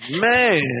man